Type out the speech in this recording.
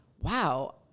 wow